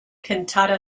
cantata